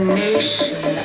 nation